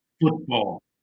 football